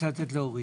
אורית.